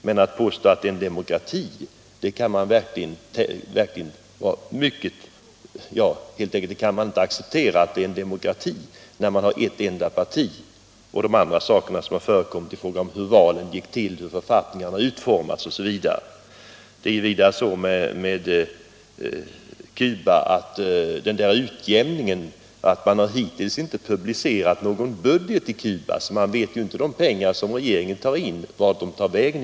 Men att demokrati skulle råda om bara ett parti får finnas, med en sådan utformning av valen och av författningen som jag nämnt, kan inte accepteras. Vad gäller frågan om utjämningen har man hittills inte publicerat någon budget på Cuba. Vi vet alltså inte vart de pengar som regeringen får in egentligen tar vägen.